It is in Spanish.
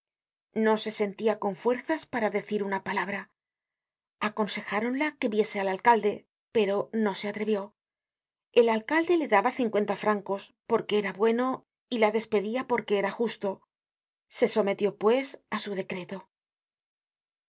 no se sentia con fuerzas para decir una palabra aconsejáronla que viese al alcalde pero no se atrevió el alcalde le daba cincuenta francos porque era bueno y la despedia porque era justo se sometió pues á su decreto